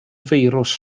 firws